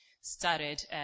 started